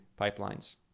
pipelines